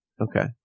Okay